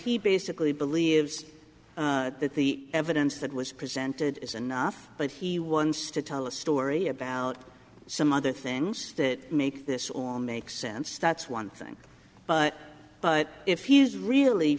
he basically believes that the evidence that was presented is enough but he wants to tell a story about some other things that make this all makes sense that's one thing but but if he's really